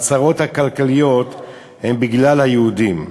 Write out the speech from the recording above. שהצרות הכלכליות הן בגלל היהודים.